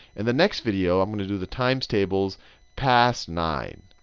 and the next video i'm going to do the times tables past nine.